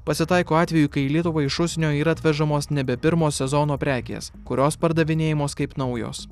pasitaiko atvejų kai į lietuvą iš užsienio yra atvežamos nebe pirmo sezono prekės kurios pardavinėjamos kaip naujos